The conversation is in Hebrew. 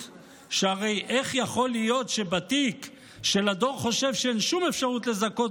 שהרי איך יכול להיות שבתיק שלדור חושב שאין שום אפשרות לזכות